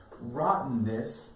Rottenness